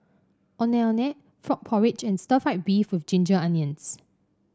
Ondeh Ondeh Frog Porridge and Stir Fried Beef with Ginger Onions